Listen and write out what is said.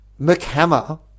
McHammer